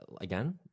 again